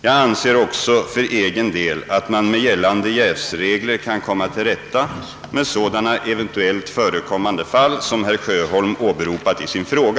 Jag anser också för egen del att man med gällande jävsregler kan komma till rätta med sådana eventuellt förekommande fall som herr Sjöholm åberopat i sin fråga.